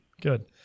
Good